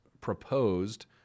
proposed